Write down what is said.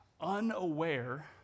Unaware